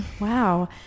Wow